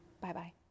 Bye-bye